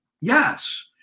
Yes